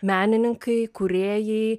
menininkai kūrėjai